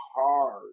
hard